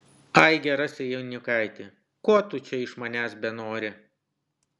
ai gerasai jaunikaiti ko tu čia iš manęs benori